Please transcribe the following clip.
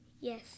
Yes